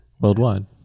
worldwide